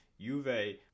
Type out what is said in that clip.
Juve